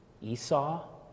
Esau